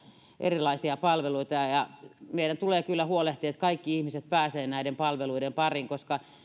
erilaisia palveluita meidän tulee kyllä huolehtia että kaikki ihmiset pääsevät näiden palveluiden pariin koska